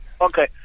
Okay